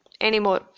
anymore